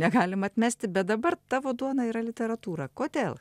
negalim atmesti bet dabar tavo duona yra literatūra kodėl